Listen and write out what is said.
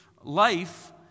life